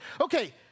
Okay